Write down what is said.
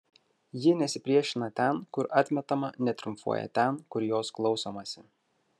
ji nesipriešina ten kur atmetama netriumfuoja ten kur jos klausomasi